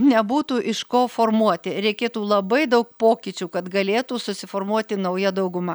nebūtų iš ko formuoti reikėtų labai daug pokyčių kad galėtų susiformuoti nauja dauguma